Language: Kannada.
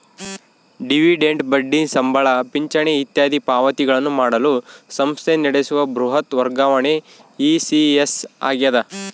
ಡಿವಿಡೆಂಟ್ ಬಡ್ಡಿ ಸಂಬಳ ಪಿಂಚಣಿ ಇತ್ಯಾದಿ ಪಾವತಿಗಳನ್ನು ಮಾಡಲು ಸಂಸ್ಥೆ ನಡೆಸುವ ಬೃಹತ್ ವರ್ಗಾವಣೆ ಇ.ಸಿ.ಎಸ್ ಆಗ್ಯದ